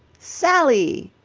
sally!